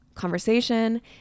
conversation